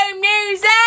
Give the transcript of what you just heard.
music